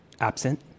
absent